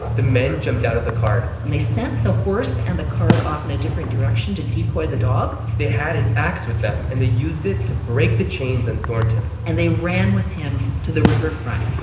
the men jumped out of the cart and they sent the horse and the cart off in a different direction to decoy the dogs they had an ax with them, and they used it to break the chains on thornton and they ran with him to the riverfront